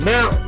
Now